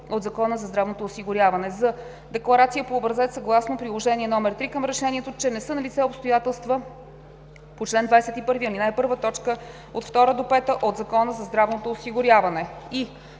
от Закона за здравното осигуряване; з) декларация по образец съгласно Приложение № 3 към решението, че не са налице обстоятелствата по чл. 21, aл. 1, т. 2 – 5 от Закона за здравното осигуряване;